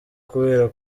kubera